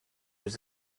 was